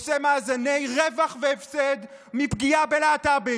עושה מאזני רווח והפסד מפגיעה בלהט"בים.